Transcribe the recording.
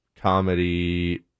comedy